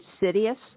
insidious